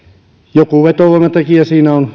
joku vetovoimatekijä siinä on